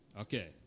Okay